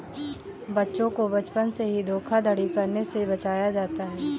बच्चों को बचपन से ही धोखाधड़ी करने से बचाया जाता है